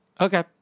Okay